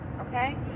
okay